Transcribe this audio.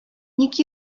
ник